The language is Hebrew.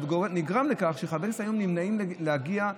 נגרם מכך שחברי כנסת היום נמנעים מלהגיע,